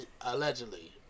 Allegedly